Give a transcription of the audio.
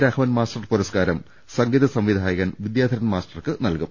Raghavan master പുരസ്കാരം സംഗീത സംവിധായകൻ വിദ്യാധരൻ മാസ്റ്റർക്ക് നൽകും